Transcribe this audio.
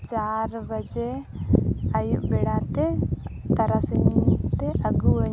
ᱪᱟᱨ ᱵᱟᱡᱮ ᱟᱹᱭᱩᱵᱽ ᱵᱮᱲᱟ ᱛᱮ ᱛᱟᱨᱟᱥᱤᱧ ᱛᱮ ᱟᱹᱜᱩᱣᱟᱹᱧ ᱢᱮ